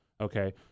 Okay